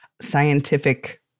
scientific